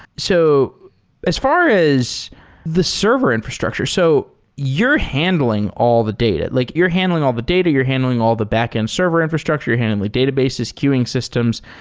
so as far as the server infrastructure, so you're handling all the data. like you're handling all the data. you're handling the backend server infrastructure. you're handing all the databases, cueing systems.